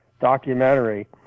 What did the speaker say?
documentary